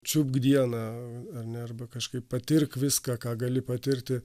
čiupk dieną ar ne arba kažkaip patirk viską ką gali patirti